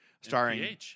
Starring